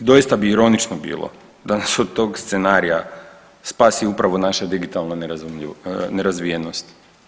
I doista bi ironično bilo da nas od tog scenarija spasi upravo naša digitalna nerazvijenost.